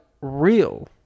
real